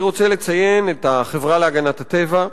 אני רוצה לציין את החברה להגנת הטבע,